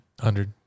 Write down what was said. hundred